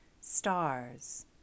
stars